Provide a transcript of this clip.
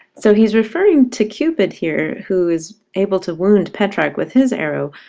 so he's referring to cupid here, who is able to wound petrarch with his arrow,